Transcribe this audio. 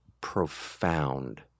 profound